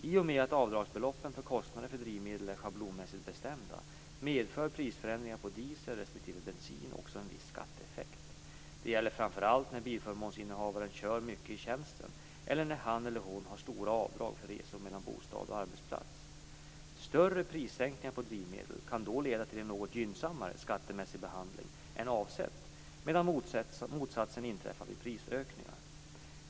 I och med att avdragsbeloppen för kostnader för drivmedel är schablonmässigt bestämda medför prisförändringar på diesel respektive bensin också en viss skatteeffekt. Det gäller framför allt när bilförmånsinnehavaren kör mycket i tjänsten eller när han eller hon har stora avdrag för resor mellan bostaden och arbetsplatsen. Större prissänkningar på drivmedel kan då leda till en något gynnsammare skattemässig behandling än avsett medan motsatsen inträffar vid prisökningar.